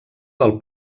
del